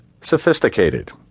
sophisticated